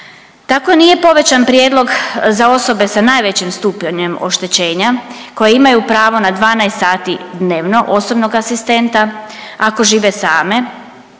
Tako nije povećan prijedlog za osobe sa najvećim stupnjem oštećenja koje imaju pravo na 12 sati dnevno osobnog asistenta ako žive same